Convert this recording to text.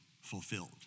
fulfilled